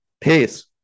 Peace